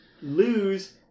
lose